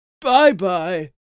Bye-bye